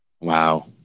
Wow